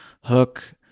hook